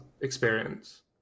experience